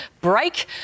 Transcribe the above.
break